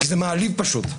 זה פשוט מעליב.